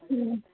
हा